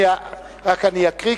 אני אקריא,